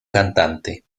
cantante